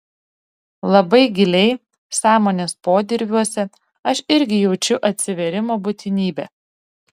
labai giliai sąmonės podirviuose aš irgi jaučiu atsivėrimo būtinybę